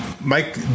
Mike